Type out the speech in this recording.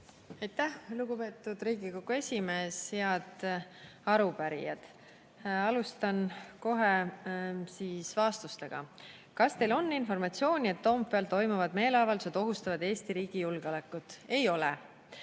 Aitäh, lugupeetud Riigikogu esimees! Head arupärijad! Alustan kohe vastustega. Esiteks: "Kas teil on informatsiooni, et Toompeal toimuvad meeleavaldused ohustavad Eesti riigi julgeolekut?" Ei ole.